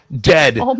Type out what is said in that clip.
dead